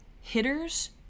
Hitters